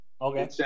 Okay